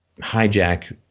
hijack